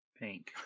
Pink